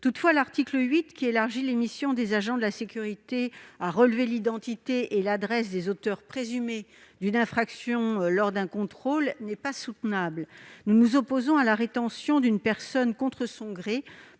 Toutefois, l'article 8, qui élargit les missions des agents de sécurité privée pour leur permettre de relever l'identité et l'adresse des auteurs présumés d'une infraction lors d'un contrôle, n'est pas soutenable. Nous nous opposons à la rétention d'une personne contre son gré